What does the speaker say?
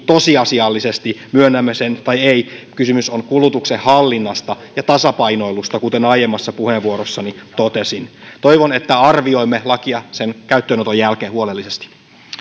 tosiasiallisesti myönnämme sen tai emme kysymys on kulutuksen hallinnasta ja tasapainoilusta kuten aiemmassa puheenvuorossani totesin toivon että arvioimme lakia sen käyttöönoton jälkeen huolellisesti